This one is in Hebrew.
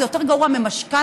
זה יותר גרוע ממשכנתה,